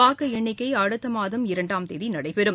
வாக்குஎண்ணிக்கைஅடுத்தமாதம் இரண்டாம் தேதிநடைபெறும்